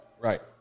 Right